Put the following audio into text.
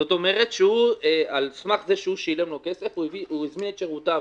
זאת אומרת שעל סמך זה שהוא שילם כסף הוא הזמין את שירותיו,